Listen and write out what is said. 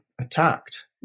attacked